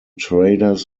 traders